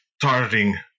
targeting